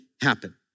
happen